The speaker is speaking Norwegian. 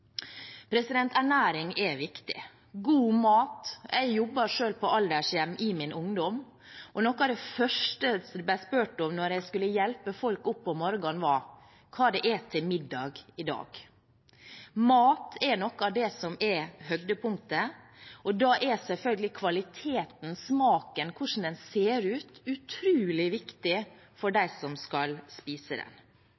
Ernæring er viktig – god mat. Jeg jobbet selv på aldershjem i min ungdom, og noe av det første jeg ble spurt om når jeg skulle hjelpe folk opp om morgenen, var: Hva er det til middag i dag? Mat er noe av høydepunktet, og da er selvfølgelig kvaliteten, smaken og hvordan maten ser ut, utrolig viktig for